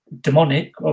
Demonic